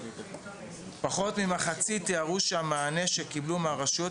פחות ממחצית תיארו שהמענה שקיבלו מהרשויות